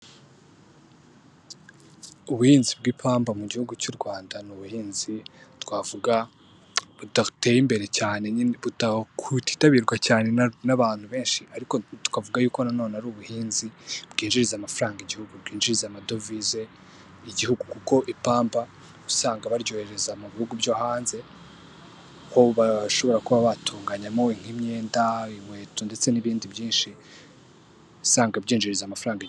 Ubuhinzi bw'ipamba mu gihugu cy'u Rwanda ni ubuhinzi twavuga budateye imbere cyane butitabirwa n'abantu benshi ariko tukavuga yuko na none ari ubuhinzi bwinjiriza amafaranga, bwinjiza amadovize igihugu kuko ipamba usanga baryohereza mu bihugu byo hanze kuko bashobora kuba batunganyamo nk'imyenda inkweto ndetse n'ibindi byinshi usanga byinjiriza amafaranga.